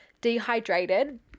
dehydrated